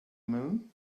moon